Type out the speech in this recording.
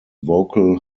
vocal